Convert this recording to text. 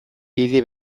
bide